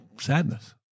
sadness